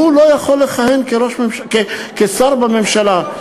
הוא לא יכול לכהן כשר בממשלה.